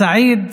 סעיד